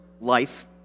life